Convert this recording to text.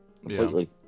completely